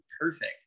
perfect